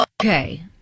Okay